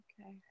Okay